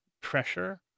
pressure